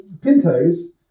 Pinto's